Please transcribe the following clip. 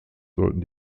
sollten